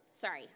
Sorry